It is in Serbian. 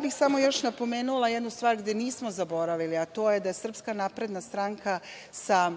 bih još napomenula jednu stvar gde nismo zaboravili, a to je da Srpska napredna stranka sa